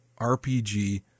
RPG